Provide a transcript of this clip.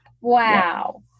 Wow